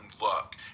luck